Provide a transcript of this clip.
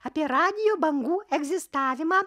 apie radijo bangų egzistavimą